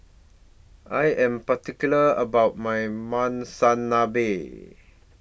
I Am particular about My Monsunabe